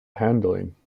handling